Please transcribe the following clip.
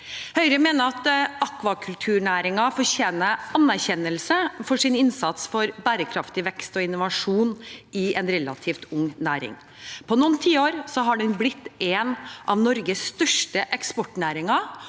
Høyre mener at akvakulturnæringen fortjener anerkjennelse for sin innsats for bærekraftig vekst og innovasjon i en relativt ung næring. På noen tiår er den blitt en av Norges største eksportnæringer,